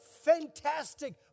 Fantastic